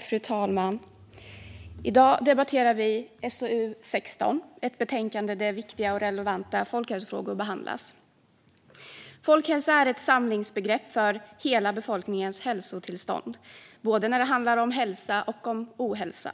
Fru talman! Vi debatterar SoUl6, ett betänkande där viktiga och relevanta folkhälsofrågor behandlas. Folkhälsa är ett samlingsbegrepp för hela befolkningens hälsotillstånd. Det handlar om både hälsa och ohälsa.